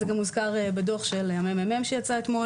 את זה וזה הוזכר גם בדוח של הממ"מ שיצא אתמול